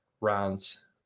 rounds